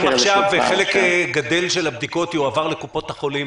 אם עכשיו חלק גדל של הבדיקות יועבר לקופות החולים,